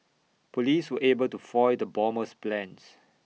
Police were able to foil the bomber's plans